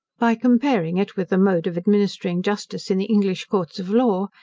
by comparing it with the mode of administering justice in the english courts of law,